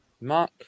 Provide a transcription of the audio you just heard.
Mark